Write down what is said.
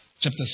chapter